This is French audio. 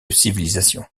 civilisation